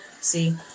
See